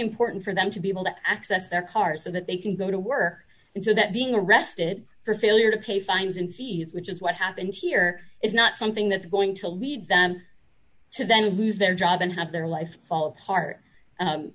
important for them to be able to access their cars so that they can go to work and so that being arrested for failure to pay fines and fees which is what happened here is not something that's going to lead them to then lose their job and have their life fall apart